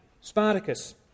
Spartacus